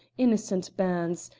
innocent bairns,